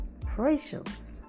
Precious